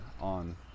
on